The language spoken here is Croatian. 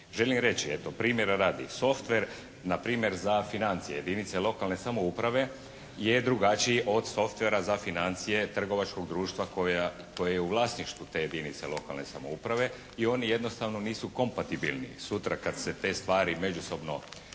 Želim reći eto, primjera radi, softver npr. za financije jedinice lokalne samouprave je drugačiji od softvera za financije trgovačkog društva koje u vlasništvu te jedinice lokalne samouprave i oni jednostavno nisu kompatibilni. Sutra kad se te stvari međusobno